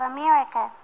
America